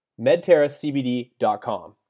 medterracbd.com